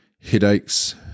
Headaches